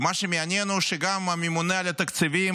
ומה שמעניין הוא שגם הממונה על התקציבים